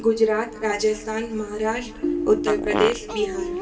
Gujarat Rajasthan Maharashtra Uttar Pradesh Bihar